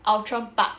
outram park